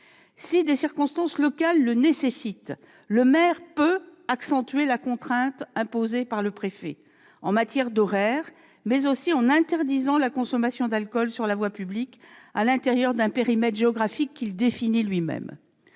Si des circonstances locales le nécessitent, le maire peut accentuer la contrainte imposée par le préfet, en matière d'horaire, mais aussi interdire la consommation d'alcool sur la voie publique à l'intérieur d'un périmètre géographique qu'il définit lui-même.